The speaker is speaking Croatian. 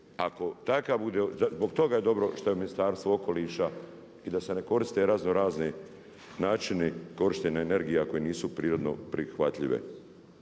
zbog toga je dobro što je u Ministarstvu okoliša i da se ne koriste razno razni načini korištenja energija koji nisu prirodno prihvatljive.